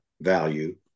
value